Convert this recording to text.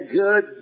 good